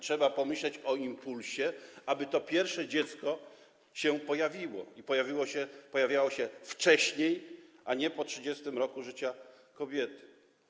Trzeba pomyśleć o impulsie, aby to pierwsze dziecko się pojawiło i pojawiło się wcześniej, a nie po 30. roku życia kobiety.